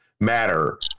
matter